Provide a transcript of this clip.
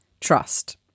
trust